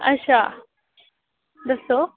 अच्छा दस्सो